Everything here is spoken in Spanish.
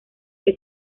que